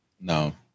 No